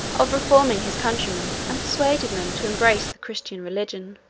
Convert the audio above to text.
of reforming his countrymen and persuading them to embrace the christian religion.